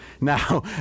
Now